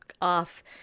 off